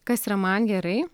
kas yra man gerai